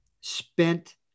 spent